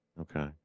okay